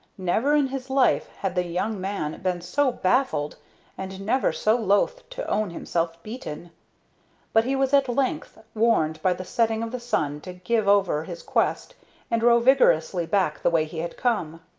never in his life had the young man been so baffled and never so loath to own himself beaten but he was at length warned by the setting of the sun to give over his quest and row vigorously back the way he had come.